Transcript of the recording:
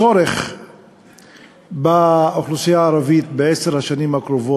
הצורך של האוכלוסייה הערבית בעשר השנים האחרונות